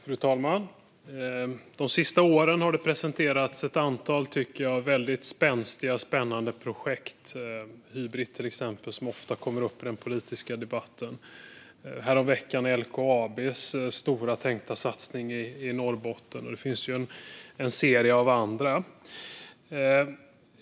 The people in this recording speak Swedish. Fru talman! De senaste åren har det presenterats ett antal spänstiga och spännande projekt. Hybrit är ett exempel som ofta tas upp i den politiska debatten. Häromveckan var det LKAB:s stora tänkta satsning i Norrbotten. Och det finns en serie andra projekt.